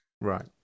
Right